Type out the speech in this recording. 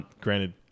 Granted